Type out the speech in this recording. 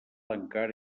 encara